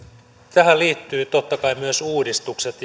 tähän liittyvät totta kai myös uudistukset